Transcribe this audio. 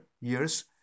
years